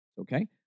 Okay